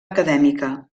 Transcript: acadèmica